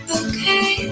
okay